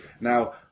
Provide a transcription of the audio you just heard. now